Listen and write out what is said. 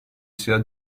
sia